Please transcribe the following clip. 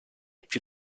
più